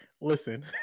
listen